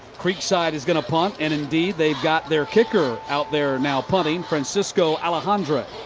creekside is going to punt. and indeed they've got their kicker out there now punting, francisco alejandre.